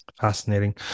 Fascinating